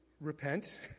repent